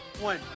one